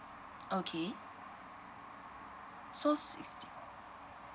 okay so sixty